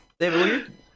David